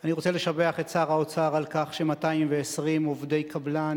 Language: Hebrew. אני רוצה לשבח את שר האוצר על כך ש-220 עובדי קבלן